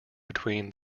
between